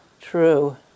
true